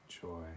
joy